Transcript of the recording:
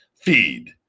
feed